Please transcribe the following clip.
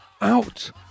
out